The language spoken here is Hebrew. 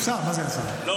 הוא שר, מה זה סגן שר?